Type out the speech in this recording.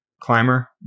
climber